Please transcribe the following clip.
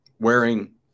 wearing